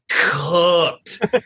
cooked